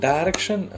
Direction